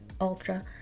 Ultra